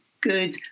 good